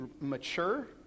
mature